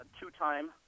two-time